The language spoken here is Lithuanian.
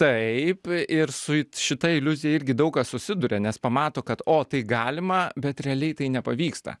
taip ir su šita iliuzija irgi daug kas susiduria nes pamato kad o tai galima bet realiai tai nepavyksta